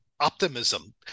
optimism